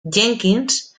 jenkins